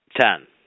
Ten